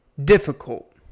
difficult